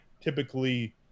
typically